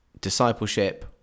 discipleship